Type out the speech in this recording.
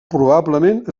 probablement